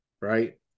right